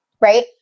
right